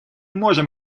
можем